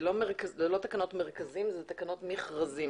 אני מובילה את נושא הרשויות המקומיות בלובי הציבורי.